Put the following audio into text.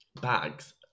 bags